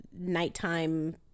nighttime